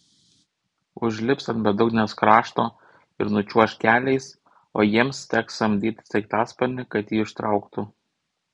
užlips ant bedugnės krašto ir nučiuoš keliais o jiems teks samdyti sraigtasparnį kad jį ištrauktų